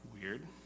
Weird